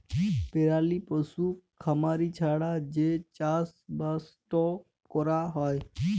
পেরালি পশু খামারি ছাড়া যে চাষবাসট ক্যরা হ্যয়